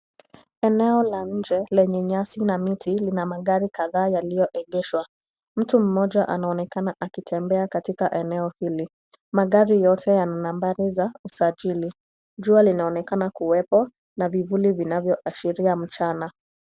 Eneo la nje lenye nyasi na miti lina magari kadhaa yaliyoegeshwa. Mtu mmoja anaonekana akitembea katika eneo hili. Magari yote yana nambari za usajili. Jua linaonekana kuwepo na vivuli vinavyoashiria mchana.